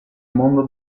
mondo